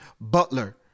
Butler